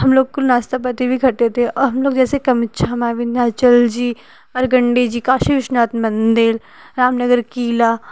हम लोग को नाश्ता पार्टी भी करते थे और हम लोग जैसे कामाख्या माँ विंध्याचल जी अरगंडी जी काशी विश्वनाथ मंदिल रामनगर कीला